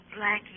Blackie